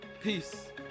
peace